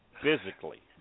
physically